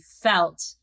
felt